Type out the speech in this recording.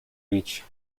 beach